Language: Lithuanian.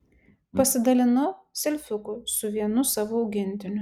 pasidalinu selfiuku su vienu savo augintiniu